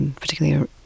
particularly